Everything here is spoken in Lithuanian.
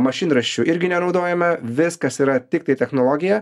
mašinraščių irgi nenaudojame viskas yra tiktai technologija